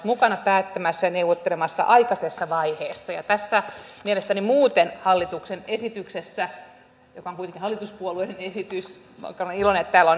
mukana päättämässä ja neuvottelemassa aikaisessa vaiheessa ja mielestäni muuten tässä hallituksen esityksessä joka on kuitenkin hallituspuolueiden esitys vaikka olen iloinen että täällä